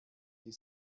die